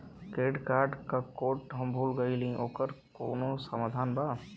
Credit card क code हम भूल गइली ओकर कोई समाधान बा?